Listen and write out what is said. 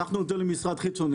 שלחנו את זה למשרד חיצוני.